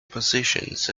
positions